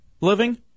living